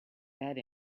bed